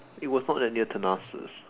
it was not that near Thanasis